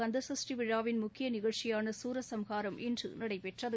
கந்தசஷ்டி விழாவின் முக்கிய நிகழ்ச்சியான சூரசம்ஹாரம் இன்று நடைபெற்றது